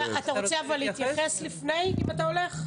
אתה רוצה אבל להתייחס לפני, אם אתה הולך?